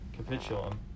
capitulum